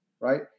Right